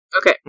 Okay